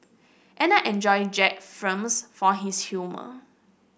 and I enjoy Jack's films for his humour